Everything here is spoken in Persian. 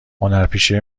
هنرپیشه